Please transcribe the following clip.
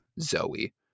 Zoe